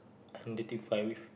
identify with